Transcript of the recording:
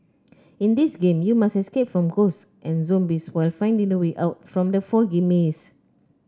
in this game you must escape from ghosts and zombies while finding the way out from the foggy maze